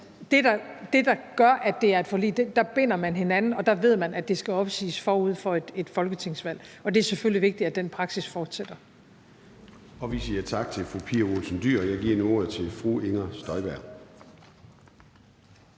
det, der gør, at det er et forlig, er, at der binder man hinanden og der ved man, at det skal opsiges forud for et folketingsvalg, og det er selvfølgelig vigtigt, at den praksis fortsætter. Kl. 13:41 Formanden (Søren Gade): Vi siger tak til fru Pia Olsen Dyhr. Jeg giver nu ordet til fru Inger Støjberg.